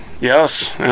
yes